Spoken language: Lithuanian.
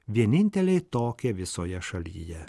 vieninteliai tokie visoje šalyje